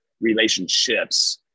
relationships